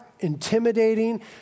intimidating